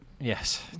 Yes